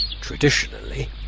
Traditionally